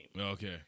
Okay